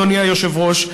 אדוני היושב-ראש,